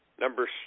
Number